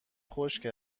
خشک